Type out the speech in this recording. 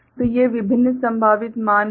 तो ये विभिन्न संभावित मान हैं